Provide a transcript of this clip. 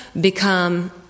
become